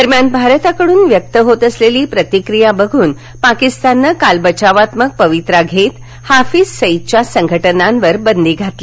दरम्यान भारताकडून व्यक्त होत असलेली प्रतिक्रीया पाडून पाकीस्ताननं काल बचावात्मक पवित्रा घेत हाफीज सईदच्या संघटनांवर बंदी घातली